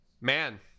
man